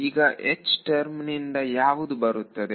ಈಗ ಟರ್ಮ್ ನಿಂದ ಯಾವುದು ಬರುತ್ತದೆ